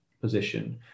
position